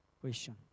question